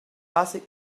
latest